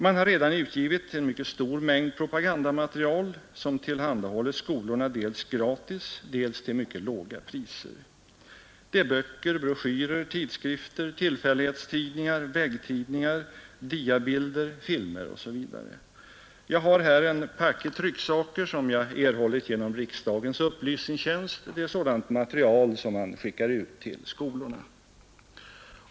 Man har redan utgivit en mycket stor mängd propagandamaterial som tillhandahålles skolorna dels gratis, dels till mycket låga priser. Det är böcker, broschyrer, tidskrifter, tillfällighetstidningar, väggtidningar, diabilder, filmer osv. Jag har här en packe trycksaker som jag erhållit genom riksdagens upplysningstjänst. Det är sådant material som man skickar ut till skolorna.